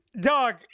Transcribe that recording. Dog